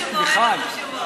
אין לך חוש הומור.